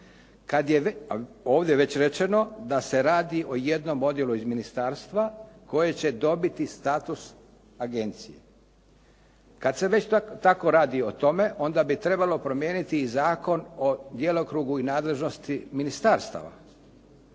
Kad je ovdje već rečeno da se radi o jednom odjelu iz ministarstva koje će dobiti status agencije. Kad se već tako radi o tome, onda bi trebalo promijeniti i Zakon o djelokrugu i nadležnosti ministarstava,